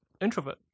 introvert